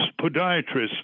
podiatrists